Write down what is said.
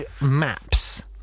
maps